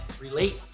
Relate